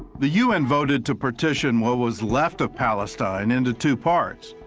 the u n. voted to partition what was left of palestine into two parts.